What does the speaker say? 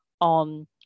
on